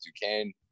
Duquesne